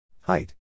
Height